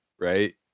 Right